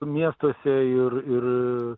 miestuose ir ir